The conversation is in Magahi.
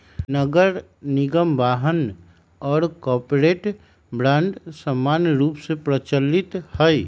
नगरनिगम बान्ह आऽ कॉरपोरेट बॉन्ड समान्य रूप से प्रचलित हइ